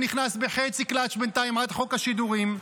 שנכנס בחצי קלאץ' בינתיים עד חוק השידורים,